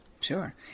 sure